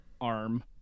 arm